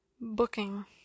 booking